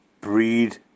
breed